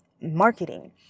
marketing